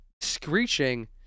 screeching